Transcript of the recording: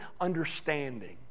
understanding